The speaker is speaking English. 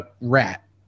rat